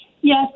Yes